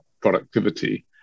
productivity